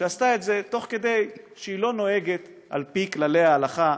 שעשתה את זה תוך כדי שהיא לא נוהגת על-פי כללי ההלכה,